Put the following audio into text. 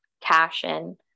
cash-in